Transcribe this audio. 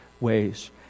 ways